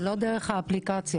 זה לא דרך האפליקציה.